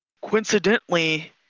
coincidentally